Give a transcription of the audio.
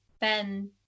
ben